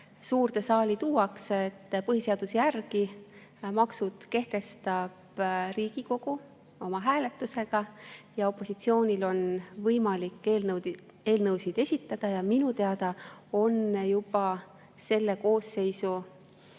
suurde saali tuuakse. Põhiseaduse järgi kehtestab Riigikogu maksud hääletusega, opositsioonil on võimalik eelnõusid esitada. Minu teada on juba selle koosseisu